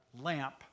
lamp